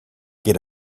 get